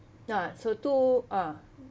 no so two ah